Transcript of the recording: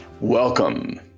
welcome